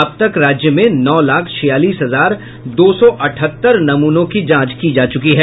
अब तक राज्य में नौ लाख छियालीस हजार दो सौ अठहत्तर नमूनों की जांच हो चुकी है